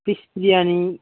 fish biryani